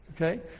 Okay